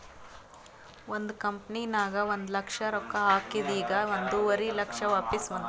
ಒಂದ್ ಕಂಪನಿನಾಗ್ ಒಂದ್ ಲಕ್ಷ ರೊಕ್ಕಾ ಹಾಕಿದ್ ಈಗ್ ಒಂದುವರಿ ಲಕ್ಷ ವಾಪಿಸ್ ಬಂದಾವ್